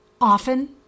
Often